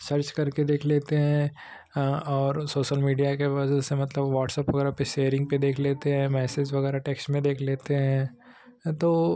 search करके देख लेते हैं और सोसल मीडिया के वजह से मतलब वॉट्सअप वगैरह पर सेयरिंग पर देख लेते हैं मैसेज वगैरह टेक्स में देख लेते हैं तो